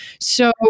So-